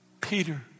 Peter